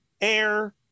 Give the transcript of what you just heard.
air